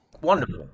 Wonderful